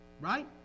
Right